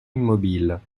immobiles